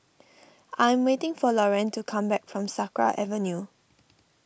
I am waiting for Lorayne to come back from Sakra Avenue